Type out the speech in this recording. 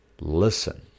Listen